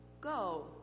go